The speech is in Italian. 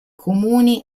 comuni